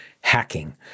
hacking